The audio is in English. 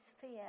fear